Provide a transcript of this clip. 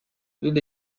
حدود